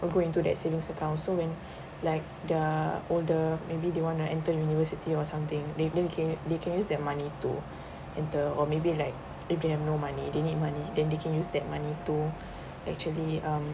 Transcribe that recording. are going to that savings account so when like they are older maybe they want to enter university or something then they can they can use that money to enter or maybe like if they have no money they need money then they can use that money too actually um